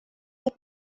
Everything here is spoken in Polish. jak